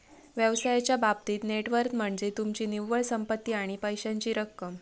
व्यवसायाच्या बाबतीत net worth म्हनज्ये तुमची निव्वळ संपत्ती आणि पैशाची रक्कम